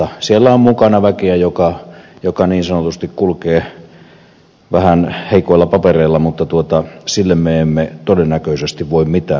siellä on mukana väkeä joka niin sanotusti kulkee vähän heikoilla papereilla mutta sille me emme todennäköisesti voi mitään